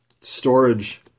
storage